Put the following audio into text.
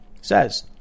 says